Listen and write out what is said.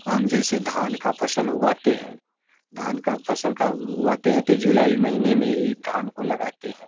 और हम जैसे धान का फसल उगाते हैं धान का फसल का उगाते हैं तो जुलाई महीने में ही धान को लगाते है